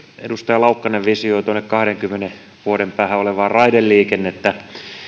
edustaja laukkanen visioi tuonne kahdenkymmenen vuoden päähän raideliikennettä